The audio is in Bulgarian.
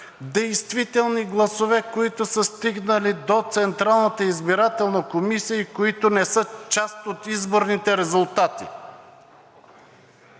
действителни гласове, които са стигнали до Централната избирателна комисия и които не са част от изборните резултати,